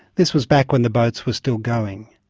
this was back when the boats were still going.